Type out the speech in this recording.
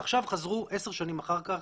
ועכשיו חזרו 10 שנים אחר כך,